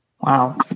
Wow